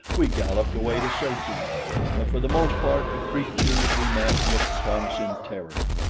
we galloped away to safety but for the most part the creatures we met looked upon us in terror,